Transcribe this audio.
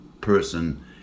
person